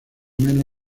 menos